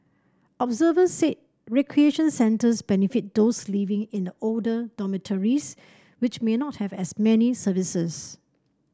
observers said recreation centres benefit those living in the older dormitories which may not have as many services